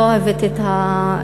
לא אוהבת את,